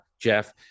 Jeff